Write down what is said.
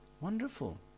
Wonderful